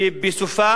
שבסופה